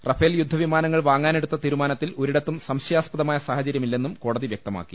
Rafale യുദ്ധ വിമാനങ്ങൾ വാങ്ങാനെടുത്ത തീരുമാനത്തിൽ ഒരിടത്തും സംശയാസ്പ ദമായ സാഹചര്യമില്ലെന്നും കോടതി വ്യക്തമാക്കി